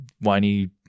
whiny